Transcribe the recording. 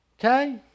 Okay